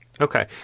Okay